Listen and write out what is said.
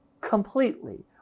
completely